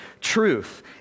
truth